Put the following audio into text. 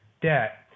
debt